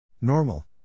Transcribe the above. Normal